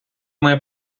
має